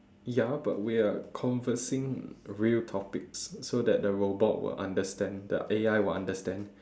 ya but we are conversing real topics so that the robot will understand the A_I will understand